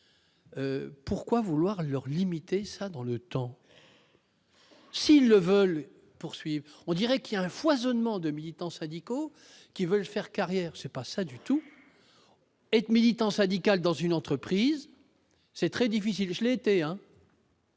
pourquoi vouloir leur limitées dans le temps. S'ils le veulent poursuivre, on dirait qu'il y a un foisonnement de militants syndicaux qui veulent faire carrière, c'est pas ça du tout être militant syndical dans une entreprise, c'est très difficile, je l'été, hein.